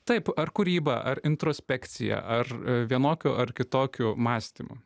taip ar kūryba ar introspekcija ar vienokiu ar kitokiu mąstymu